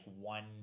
one